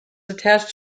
attached